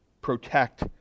protect